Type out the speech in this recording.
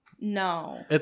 no